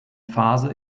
phase